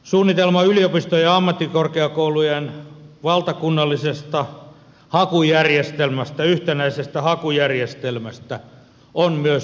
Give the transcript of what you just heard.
suunnitelma yliopisto ja ammattikorkeakoulujen valtakunnallisesta yhtenäisestä hakujärjestelmästä on myös mittava hanke